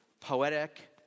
poetic